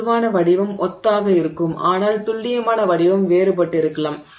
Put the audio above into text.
ஒரு பொதுவான வடிவம் ஒத்ததாக இருக்கும் ஆனால் துல்லியமான வடிவம் வேறுபட்டிருக்கலாம்